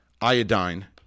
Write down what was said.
iodine